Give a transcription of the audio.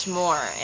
more